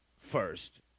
first